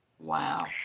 Wow